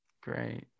great